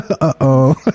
uh-oh